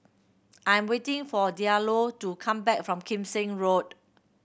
I'm waiting for Diallo to come back from Kim Seng Road